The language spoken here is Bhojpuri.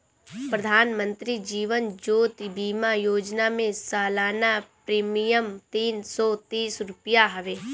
प्रधानमंत्री जीवन ज्योति बीमा योजना में सलाना प्रीमियम तीन सौ तीस रुपिया हवे